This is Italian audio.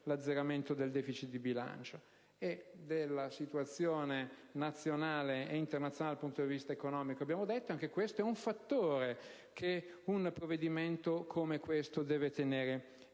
l'azzeramento del *deficit* di bilancio. Della situazione nazionale e internazionale dal punto di vista economico abbiamo già detto, e anche questo è un fattore che un provvedimento come questo deve tenere in